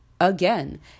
Again